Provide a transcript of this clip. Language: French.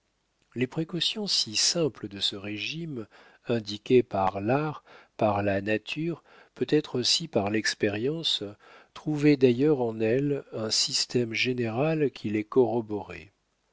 les précautions si simples de ce régime indiqué par l'art par la nature peut-être aussi par l'expérience trouvaient d'ailleurs en elle un système général qui les corroborait